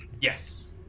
Yes